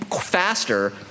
faster